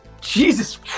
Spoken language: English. Jesus